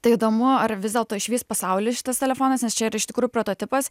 tai įdomu ar vis dėl to išvys pasaulį šitas telefonas nes čia yra iš tikrųjų prototipas